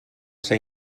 ser